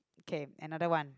okay another one